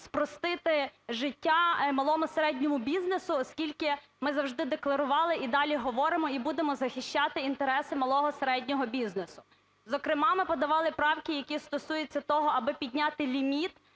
спростити життя малому і середньому бізнесу, оскільки ми завжди декларували і далі говоримо, і будемо захищати інтереси малого і середнього бізнесу. Зокрема, ми подавали правки, які стосуються того, аби підняти ліміт